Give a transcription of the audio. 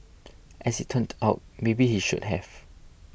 as it turned out maybe he should have